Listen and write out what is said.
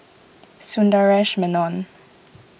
Sundaresh Menon